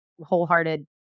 wholehearted